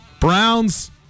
Browns